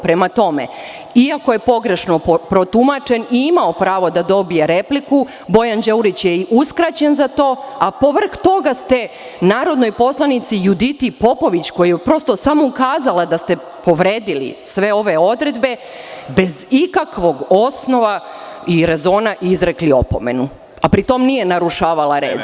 Prema tome, iako je pogrešno protumačen, imao je pravo da dobije repliku, Bojan Đurić je uskraćen za to, a povrh toga ste narodnoj poslanici Juditi Popović, koja je samo ukazala da ste povredili sve ove odredbe, bez ikakvog osnova i rezona izrekli opomenu, a pri tome nije narušavala red.